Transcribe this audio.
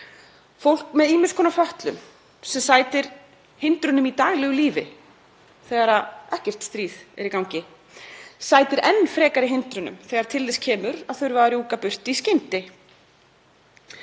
Fólk með ýmiss konar fötlun sem sætir hindrunum í daglegu lífi þegar ekkert stríð er í gangi sætir enn frekari hindrunum þegar til þess kemur að þurfa að rjúka burtu í skyndi.